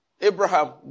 Abraham